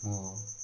ମୋ